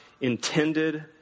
intended